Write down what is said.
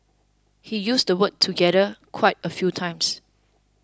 he used the word together quite a few times